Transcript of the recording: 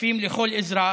כספים לכל אזרח,